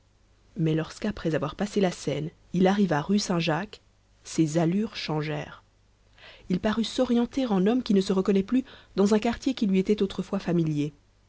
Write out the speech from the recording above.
mais lorsqu'après avoir passé la seine il arriva rue saint-jacques ses allures changèrent il parut s'orienter en homme qui ne se reconnaît plus dans un quartier qui lui était autrefois familier